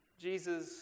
Jesus